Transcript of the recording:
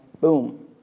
boom